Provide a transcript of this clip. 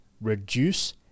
reduce